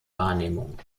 wahrnehmung